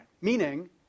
meaning